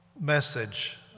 message